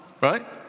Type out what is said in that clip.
right